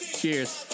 Cheers